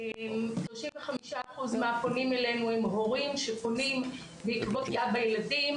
כ-35 אחוז מהפונים אלינו הם הורים שפונים בעקבות פגיעה בילדים